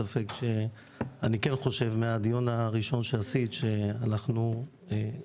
אני כן חושב שמהדיון הראשון שעשית אנחנו קידמנו